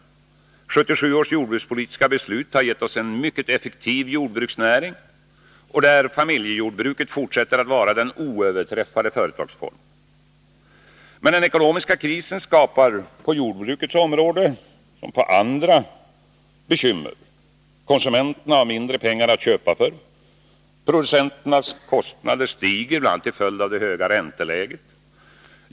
1977 års jordbrukspolitiska beslut har gett oss en mycket effektiv jordbruksnäring, där familjejordbruket fortsätter att vara den oöverträffade företagsformen. Men den ekonomiska krisen skapar på jordbrukets område som på andra områden bekymmer. Konsumenterna har mindre pengar att köpa för. Producenternas kostnader stiger, bl.a. till följd av det höga ränteläget.